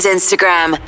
Instagram